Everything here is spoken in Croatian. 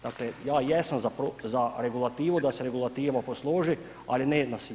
Dakle, ja jesam za regulativu, da se regulativa posloži, ali ne na sivo.